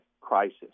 crisis